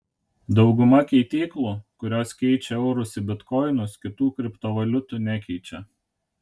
dauguma keityklų kurios keičia eurus į bitkoinus kitų kriptovaliutų nekeičia